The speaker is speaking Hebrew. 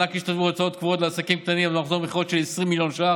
ניתן מענק שימור עובדים לעסקים ששומרים על עובדיהם בתקופת ההסגר.